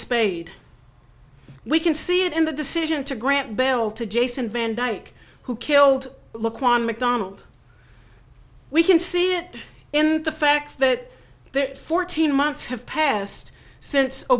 spayed we can see it in the decision to grant bail to jason van dyke who killed look juan macdonald we can see it in the fact that the fourteen months have passed since